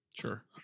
sure